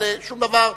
אבל שום דבר,